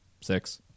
six